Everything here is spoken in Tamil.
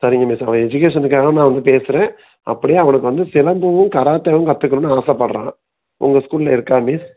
சரிங்க மிஸ் அவன் எஜுகேஷனுக்காக நான் வந்து பேசுகிறேன் அப்படியே அவனுக்கு வந்து சிலம்பமும் கராத்தேவும் கத்துக்கணும்னு ஆசைப்பட்றான் உங்கள் ஸ்கூலில் இருக்கா மிஸ்